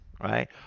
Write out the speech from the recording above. right